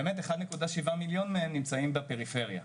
באמת 1,700,000 מהם נמצאים בפריפריה,